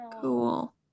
cool